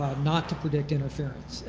not to predict interference,